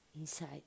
inside